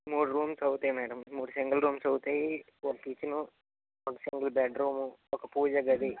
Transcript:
మూడు రూమ్స్ అవుతాయి మేడం మూడు సింగల్ రూమ్స్ అవుతాయి ఒక కిచెను ఒక సింగల్ బెడ్ రూము ఒక పూజ గది